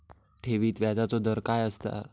ठेवीत व्याजचो दर काय असता?